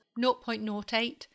0.08